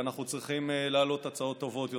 ואנחנו צריכים להעלות הצעות טובות יותר.